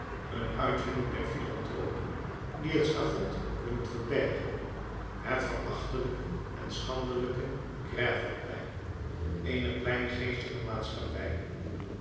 een uitvinding der philanthropen die het schavot willen verbergen het verachtelijke en schandelijke grèveplein eener kleingeestige maatschappij